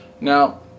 Now